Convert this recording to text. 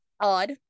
odd